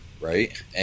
right